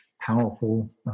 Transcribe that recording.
powerful